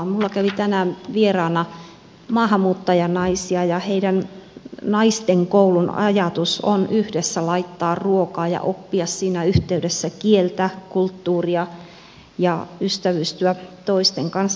minulla kävi tänään vieraana maahanmuuttajanaisia ja heidän naisten koulunsa ajatus on yhdessä laittaa ruokaa ja oppia siinä yhteydessä kieltä kulttuuria ja ystävystyä toisten kanssa